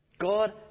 God